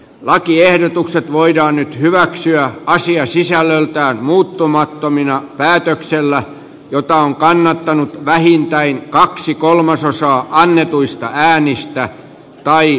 lakiehdotukset voidaan nyt hyväksyä asiasisällöltään muuttamattomina päätöksellä jota on kannattanut vähintään kaksi kolmasosaa annetuista äänistä tai hylätä